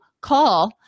call